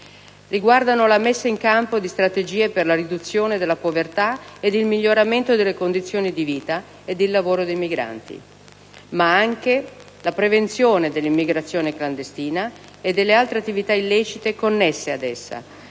riguardano altresì la messa in campo di strategie per la riduzione della povertà e il miglioramento delle condizioni di vita e di lavoro dei migranti, ma anche la prevenzione dell'immigrazione clandestina e delle altre attività illecite connesse ad essa,